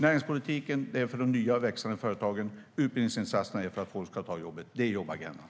Näringspolitiken är för de nya, växande, företagen. Utbildningsinsatserna är för att folk ska ta jobben. Det är jobbagendan!